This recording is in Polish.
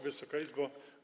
Wysoka Izbo!